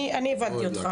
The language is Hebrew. אני הבנתי אותך.